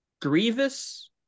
Grievous